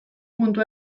puntu